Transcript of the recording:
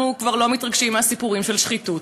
אנחנו כבר לא מתרגשים מהסיפורים של שחיתות,